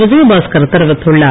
விஜயபாஸ்கர் தெரிவித்துள்ளார்